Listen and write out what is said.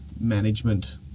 management